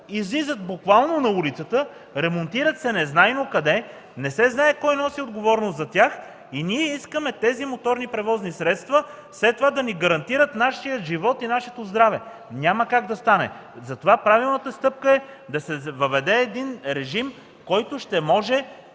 излизат буквално на улицата, ремонтират се незнайно къде, не се знае кой носи отговорност за тях и ние искаме тези моторни превозни средства след това да ни гарантират нашия живот и здраве – няма как да стане. Затова правилната стъпка е да се въведе един режим, който ще може